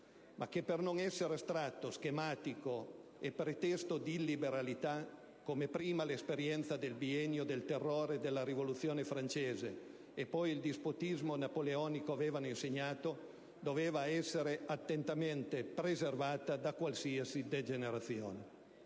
ma che, per non essere astratto, schematico e pretesto di illiberalità, come prima l'esperienza del biennio del Terrore della Rivoluzione francese e poi il dispotismo napoleonico avevano insegnato, doveva essere attentamente preservata da qualsiasi degenerazione.